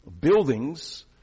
buildings